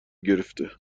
گرفته